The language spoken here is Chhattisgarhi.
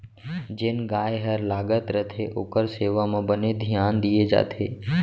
जेन गाय हर लागत रथे ओकर सेवा म बने धियान दिये जाथे